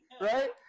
right